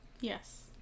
Yes